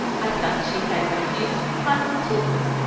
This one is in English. i thought she had refused positively.